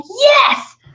yes